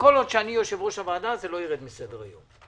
שכל עוד אני יושב-ראש הוועדה זה לא יירד מסדר היום.